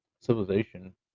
civilization